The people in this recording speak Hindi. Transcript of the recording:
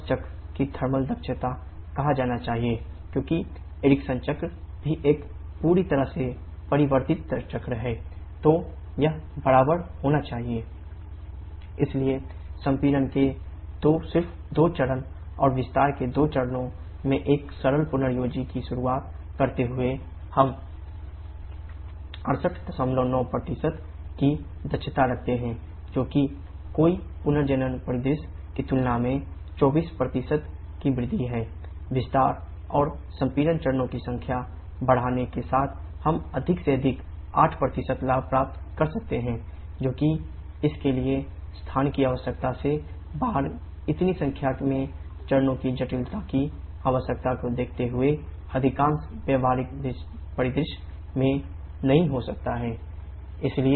तो यह बराबर होना चाहिए EricssonCarnot1 TLTH1 30013001 313 76 92 इसलिए संपीड़न के सिर्फ दो चरण और विस्तार के दो चरणों में एक सरल पुनर्योजी चरणों की संख्या बढ़ाने के साथ हम अधिक से अधिक 8 लाभ प्राप्त कर सकते हैं जो कि इसके लिए स्थान की आवश्यकता से बाहर इतनी संख्या में चरणों की जटिलता की आवश्यकता को देखते हुए अधिकांश व्यावहारिक परिदृश्य में नहीं हो सकता है